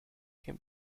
can